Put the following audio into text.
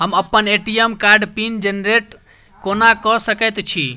हम अप्पन ए.टी.एम कार्डक पिन जेनरेट कोना कऽ सकैत छी?